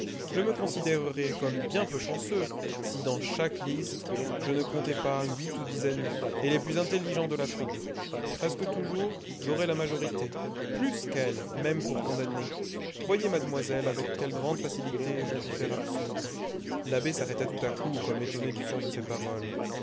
je me considérerais comme bien peu chanceux si dans chaque liste je ne comptais pas huit ou dix amis et les plus intelligents de la troupe presque toujours j'aurais la majorité plus qu'elle même pour condamner voyez mademoiselle avec quelle grande facilité je puis faire absoudre l'abbé s'arrêta tout à coup comme étonné du son de ses paroles